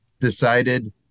decided